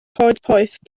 coedpoeth